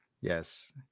yes